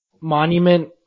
monument